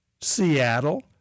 Seattle